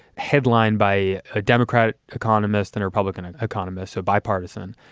headlined by a democratic economist and republican economist. so bipartisan,